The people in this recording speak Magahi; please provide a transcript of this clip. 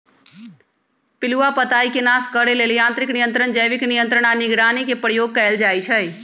पिलुआ पताईके नाश करे लेल यांत्रिक नियंत्रण, जैविक नियंत्रण आऽ निगरानी के प्रयोग कएल जाइ छइ